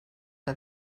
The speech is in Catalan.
que